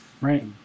Right